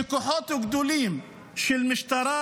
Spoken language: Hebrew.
כוחות גדולים של המשטרה,